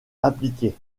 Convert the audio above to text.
appliquée